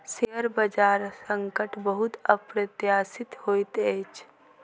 share बजार संकट बहुत अप्रत्याशित होइत अछि